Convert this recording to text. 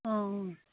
অঁ